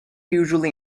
usually